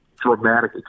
dramatic